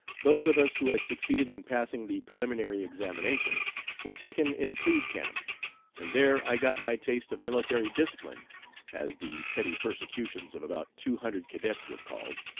those of us who had succeeded in passing the preliminary examination were taken in plebe camp and there i got my taste of military discipline as the petty persecutions of about two hundred cadets were called.